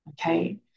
okay